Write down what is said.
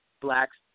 blacks